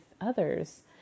others